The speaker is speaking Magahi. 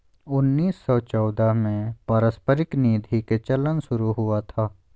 उन्नीस सौ चौदह में पारस्परिक निधि के चलन शुरू हुआ था